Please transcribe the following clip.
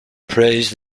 praised